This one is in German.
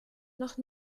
noch